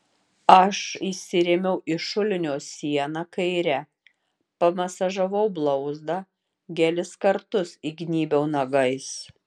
aš įsirėmiau į šulinio sieną kaire pamasažavau blauzdą gelis kartus įgnybiau nagais